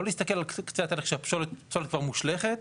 לא להסתכל על קצה התהליך כשהפסולת כבר מושלכת,